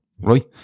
right